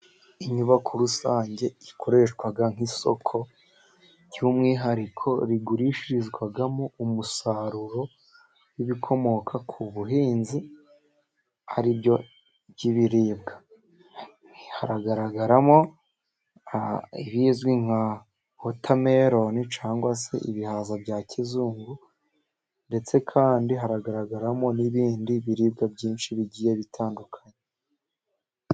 Inyubako rusange ikoreshwa nk'isoko. By'umwihariko rigurishirizwamo umusaruro w'ibikomoka ku buhinzi, ari byo by'ibiribwa. Haragaragaramo ibizwi nka wotameloni, cyangwa se ibihaza bya kizungu. Ndetse kandi hagaragaramo n'ibindi biribwa byinshi bigiye bitandukanye.